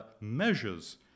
measures